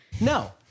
No